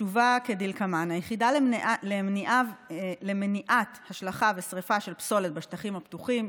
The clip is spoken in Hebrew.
התשובה כדלקמן: היחידה למניעת השלכה ושרפה של פסולת בשטחים הפתוחים,